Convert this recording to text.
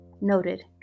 Noted